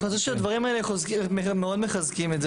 אני חושב שהדברים האלה מאוד מחזקים את זה